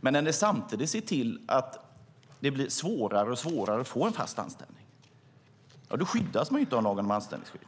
Men när ni samtidigt ser till att det blir svårare och svårare att få en fast anställning skyddas man ju inte av lagen om anställningsskydd.